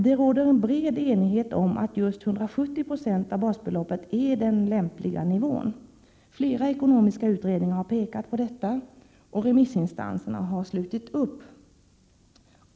Det råder en bred enighet om att just 170 Jo av basbeloppet är den lämpliga nivån. Flera ekonomiska utredningar har kommit fram till detta och remissinstanserna har slutit upp.